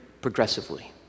progressively